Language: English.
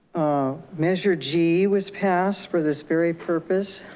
measure g was passed for this very purpose.